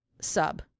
sub